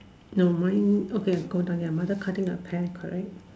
no mine okay go down ya mother cutting a pear correct